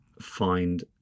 find